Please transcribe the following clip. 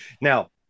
now